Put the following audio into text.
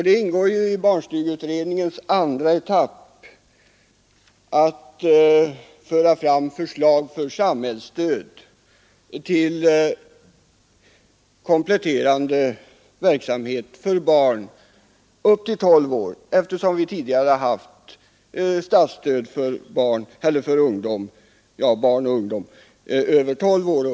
Det ingår i barnstugeutredningens andra etapp att föra fram förslag om samhällsstöd till kompletterande verksamhet för barn upp till tolv år — eftersom vi tidigare har statsstöd till verksamhet bland barn och ungdom över tolv år.